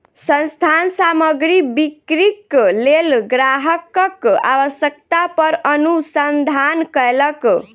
संस्थान सामग्री बिक्रीक लेल ग्राहकक आवश्यकता पर अनुसंधान कयलक